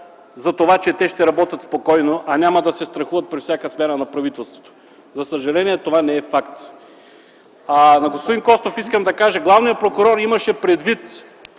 за това, че ще работят спокойно, а няма да се страхуват при всяка смяна на правителството. За съжаление, това не е факт. На господин Костов искам да кажа: главният прокурор имаше предвид